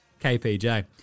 KPJ